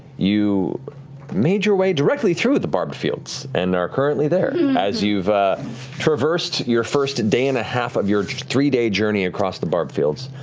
you made your way directly through the barbed fields and are currently there as you've traversed your first day and a half of your three day journey across the barbed fields,